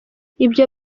ibyo